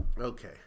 Okay